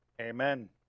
amen